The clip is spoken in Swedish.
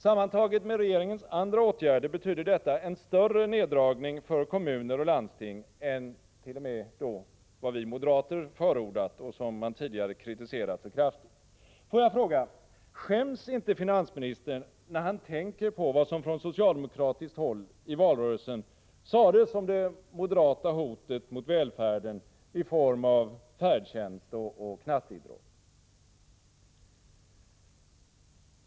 Sammantaget med regeringens andra åtgärder betyder detta t.o.m. en större neddragning för kommuner och landsting än vad vi moderater förordat — och som man tidigare kritiserat så kraftigt. Får jag fråga: Skäms inte finansministern, när han tänker på vad som från socialdemokratiskt håll i valrörelsen sades om det moderata hotet mot välfärden i form av färdtjänst och knatteidrott?